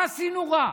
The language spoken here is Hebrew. מה עשינו רע,